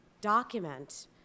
document